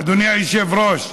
אדוני היושב-ראש,